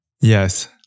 Yes